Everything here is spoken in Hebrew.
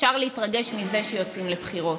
אפשר להתרגש מזה שיוצאים לבחירות,